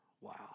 Wow